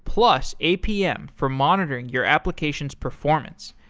plus, apm for monitoring your application's performance.